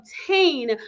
obtain